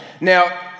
Now